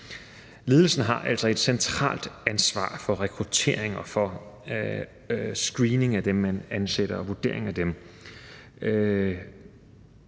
Ledelsen har altså et centralt ansvar for rekruttering og for screening af dem, man ansætter – for vurderingen af dem.